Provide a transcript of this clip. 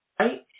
Right